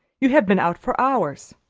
you have been out for hours!